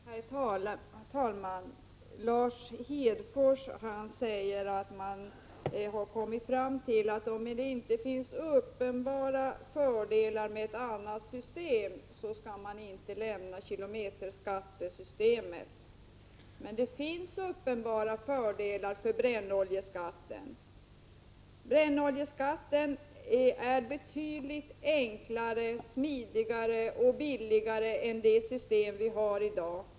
Herr talman! Lars Hedfors säger att man har kommit fram till att om det inte finns uppenbara fördelar med ett annat system skall man inte avskaffa kilometerskattesystemet. Men det finns uppenbara fördelar med brännoljeskatten. Brännoljeskatten är betydligt enklare, smidigare och billigare än det system som vi har i dag.